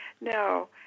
no